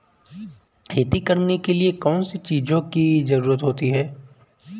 खेती करने के लिए कौनसी चीज़ों की ज़रूरत होती हैं?